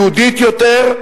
יהודית יותר,